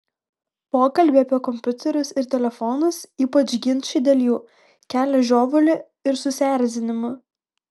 pokalbiai apie kompiuterius ir telefonus ypač ginčai dėl jų kelia žiovulį ir susierzinimą